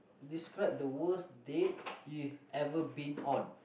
describe the worst date you ever been on